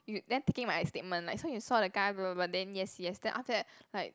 you then taking my statement like so you saw the guy blah blah blah then yes yes then after that like